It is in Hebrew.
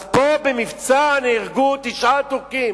אז פה במבצע נהרגו תשעה טורקים,